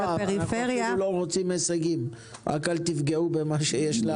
אנחנו רוצים מעשים כי אנחנו אנשים של עשייה,